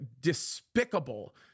despicable